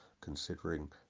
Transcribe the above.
considering